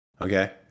Okay